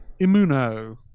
Imuno